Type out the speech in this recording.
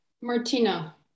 Martina